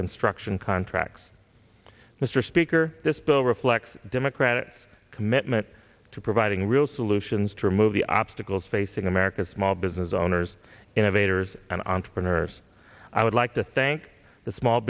construction contracts mr speaker this bill reflects democratic commitment to providing real solutions to remove the obstacles facing america's small business owners innovators and entrepreneurs i would like to thank the small